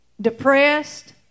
depressed